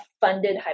funded